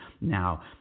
now